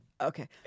Okay